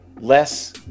less